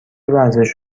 ورزش